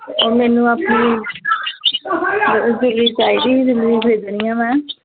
ਮੈਨੂੰ ਆਪਣੀ ਚਾਹੀਦੀ ਖਰੀਦਣੀ ਆ ਮੈਂ